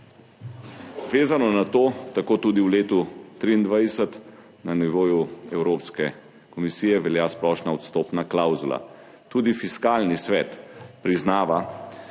Vezano na to tako tudi v letu 2023 na nivoju Evropske komisije velja splošna odstopna klavzula. Tudi Fiskalni svet priznava,